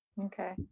okay